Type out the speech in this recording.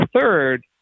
third